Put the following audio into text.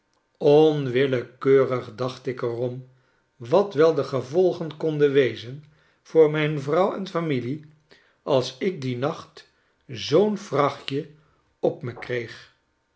onwillekeurig dacht ik er om wat wel de gevolgen konden wezen voor mijn vrouw en familie als ik dien nacht zoo'n vrachtje op me kreeg